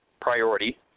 priority